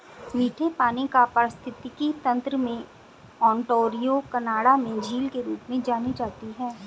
मीठे पानी का पारिस्थितिकी तंत्र में ओंटारियो कनाडा में झील के रूप में जानी जाती है